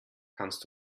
kannst